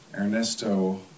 ernesto